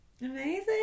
Amazing